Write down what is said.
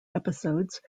episodes